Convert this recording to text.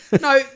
No